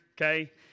Okay